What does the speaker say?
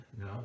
no